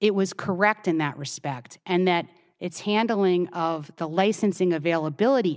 it was correct in that respect and that its handling of the licensing availability